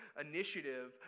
initiative